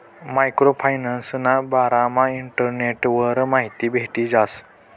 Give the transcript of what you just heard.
micro फायनान्सना बारामा इंटरनेटवर माहिती भेटी जास